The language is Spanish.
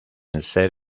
ser